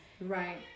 Right